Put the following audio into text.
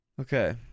Okay